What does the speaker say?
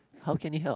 how can you help